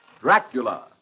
Dracula